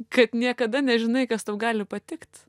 kad niekada nežinai kas tau gali patikt